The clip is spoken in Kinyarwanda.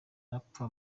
arapfa